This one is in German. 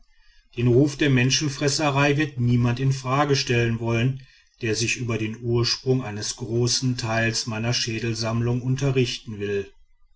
den ruf der menschenfresserei wird niemand in frage stellen wollen der sich über den ursprung eines großen teils meiner schädelsammlung unterrichten will